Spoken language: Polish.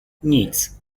nic